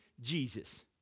Jesus